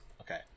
Okay